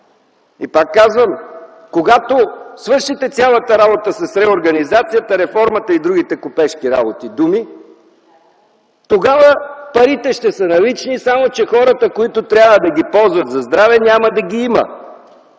Пак казвам, когато свършите цялата работа с реорганизацията, реформата и другите купешки думи, тогава парите ще са налични, само че хората, които трябва да ги ползват за здраве, няма да ги има.